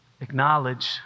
Acknowledge